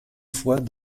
fois